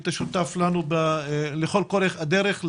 היית שותף לכל אורך הדרך,